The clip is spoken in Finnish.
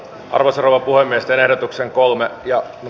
arvoisa rouva puhemies ehdotuksen kolme ja